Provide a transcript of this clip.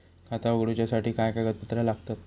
खाता उगडूच्यासाठी काय कागदपत्रा लागतत?